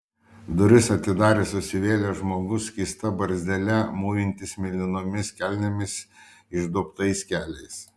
duris atidarė susivėlęs žmogus skysta barzdele mūvintis mėlynomis kelnėmis išduobtais keliais